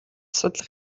судлах